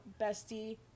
bestie